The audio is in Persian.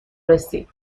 رسید